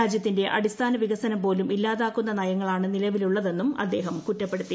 രാജ്യത്തിന്റെ അടിസ്ഥാന വികസനം പോലും ഇല്ലാതാക്കുന്ന നയങ്ങളാണ് നിലവിലുള്ളതെന്നും അദ്ദേഹം കുറ്റപ്പെടുത്തി